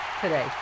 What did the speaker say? today